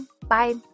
bye